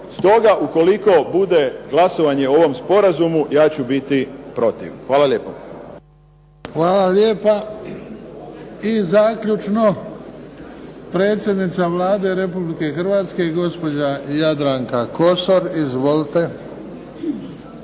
Stoga ukoliko bude glasovanje o ovom sporazumu ja ću biti protiv. Hvala lijepo. **Bebić, Luka (HDZ)** Hvala lijepa. I zaključno, predsjednica Vlade Republike Hrvatske gospođa Jadranka Kosor. Izvolite.